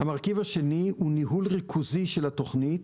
המרכיב השני הוא ניהול ריכוזי של התוכנית,